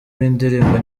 w’indirimbo